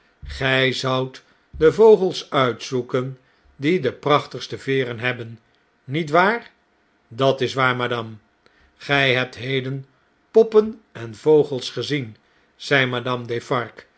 gh zoudt de vogels uitzoeken die de prachtigste veeren hebben niet waar b dat is waar madame gj hebt heden poppen en vogels gezien zei madame